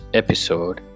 episode